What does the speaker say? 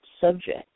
subject